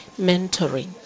mentoring